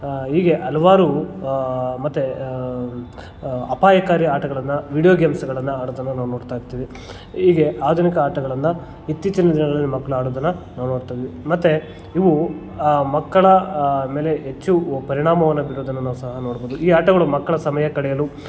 ಹೀಗೆ ಹಲ್ವಾರು ಮತ್ತು ಅಪಾಯಕಾರಿ ಆಟಗಳನ್ನು ವೀಡಿಯೋ ಗೇಮ್ಸ್ಗಳನ್ನು ಆಡೋದನ್ನು ನಾವು ನೋಡ್ತಾ ಇರ್ತೀವಿ ಹೀಗೆ ಆಧುನಿಕ ಆಟಗಳನ್ನು ಇತ್ತೀಚಿನ ದಿನಗಳಲ್ಲಿ ಮಕ್ಳು ಆಡೋದನ್ನು ನಾವು ನೋಡ್ತಾಯಿದಿವಿ ಮತ್ತು ಇವು ಆ ಮಕ್ಕಳ ಮೇಲೆ ಹೆಚ್ಚು ಪರಿಣಾಮವನ್ನು ಬೀರೋದನ್ನು ನಾವು ಸಹ ನೋಡ್ಬೋದು ಈ ಆಟಗಳು ಮಕ್ಕಳ ಸಮಯ ಕಳೆಯಲು